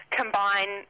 combine